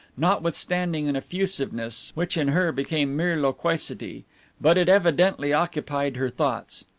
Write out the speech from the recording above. notwithstanding an effusiveness which in her became mere loquacity but it evidently occupied her thoughts.